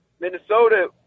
Minnesota